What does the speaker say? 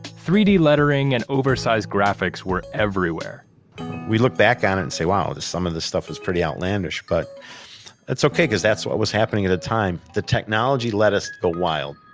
three d lettering and oversized graphics were everywhere we look back on it and say, wow, some of this stuff was pretty outlandish. but that's okay because that's what was happening at the time. the technology let us go wild.